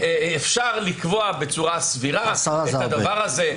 אפשר לקבוע בצורה סבירה את הדבר הזה,